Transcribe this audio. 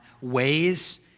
ways